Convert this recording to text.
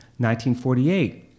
1948